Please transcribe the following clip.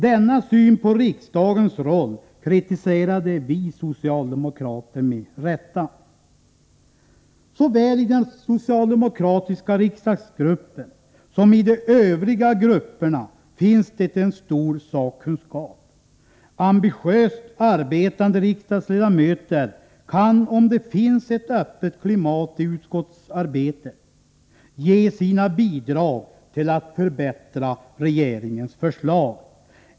Denna syn på riksdagens roll kritiserade vi socialdemokrater med rätta. ——— Såväl i den socialdemokratiska riksdagsgruppen som i de övriga grupperna finns det en stor sakkunskap. Ambitiöst arbetande riksdagsledamöter kan om det finns ett öppet klimat i utskottsarbetet ge sina bidrag till att förbättra regeringens förslag.